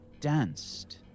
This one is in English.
danced